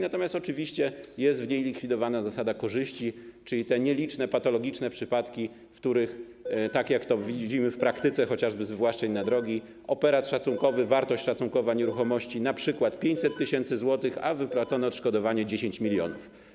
Natomiast oczywiście jest w niej likwidowana zasada korzyści, czyli te nieliczne patologiczne przypadki, w których, tak jak to widzimy w praktyce chociażby wywłaszczeń na drogi, operat szacunkowy, wartość szacunkowa nieruchomości wynosi np. 500 tys. zł, a wypłacone odszkodowanie 10 mln.